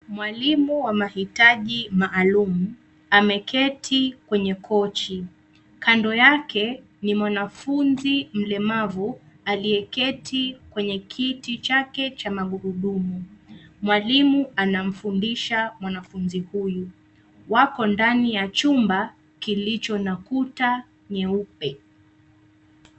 Mwalimu wa mahitaji maalum, ameketi kwenye kochi kando yake ni mwanafunzi mlemavu aliyeketi kwenye kiti chake cha magurudumu. Mwalimu anamfundisha mwanafunzi huyu. Wako ndani ya chumba kilicho na kuta nyeupe.